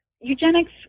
eugenics